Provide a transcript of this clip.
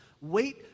Wait